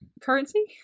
currency